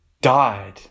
died